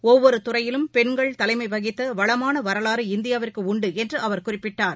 ஒவ்வொரு துறையிலும் பெண்கள் தலைமை வகித்த வளமான வரலாறு இந்தியாவிற்கு உண்டு என்று அவர் குறிப்பிட்டார்